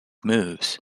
moves